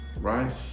Right